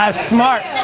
ah smart.